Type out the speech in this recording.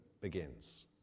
begins